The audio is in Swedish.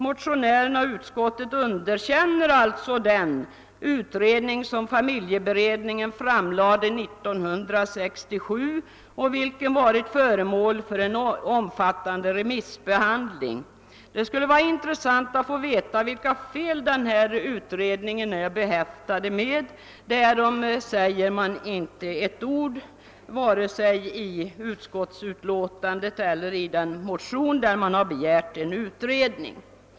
Motionärerna och utskottet underkänner alltså den utredning som familjeberedningen framlade 1967 och som varit föremål för en omfattande remissbehandling. Det skulle vara intressant att få veta vilka fel den utredningen är behäftad med; därkom säger man inte ett ord vare sig i utlåtandet eller i den motion där man begär en utredning.